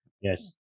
Yes